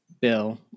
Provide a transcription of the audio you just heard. Bill